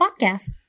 podcast